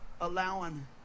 allowing